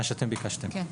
נכון.